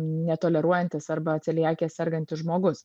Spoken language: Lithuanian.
netoleruojantis arba celiakija sergantis žmogus